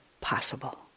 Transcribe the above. possible